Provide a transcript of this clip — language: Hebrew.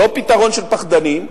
לא פתרון של פחדנים,